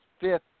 fifth